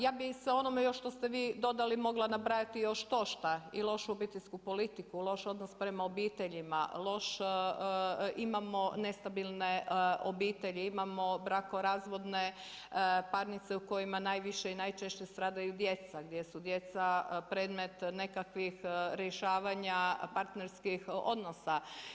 Ja bih se onome još što ste vi dodali mogla nabrajati još štošta i lošu obiteljsku politiku, loš odnos prema obiteljima, imamo nestabilne obitelji, imamo brakorazvodne parnice u kojima najviše i najčešće stradaju djeca, gdje su djeca predmet nekakvih rješavanja partnerskih odnosa.